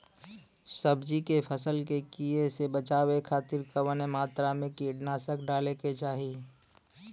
सब्जी के फसल के कियेसे बचाव खातिन कवन मात्रा में कीटनाशक डाले के चाही?